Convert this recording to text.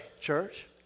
church